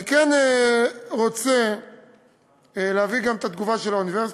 אני כן רוצה להביא גם את התגובה של האוניברסיטה,